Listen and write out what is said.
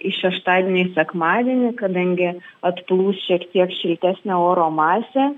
į šeštadienį įsekmadienį kadangi atplūs šiek tiek šiltesnė oro masė